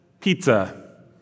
pizza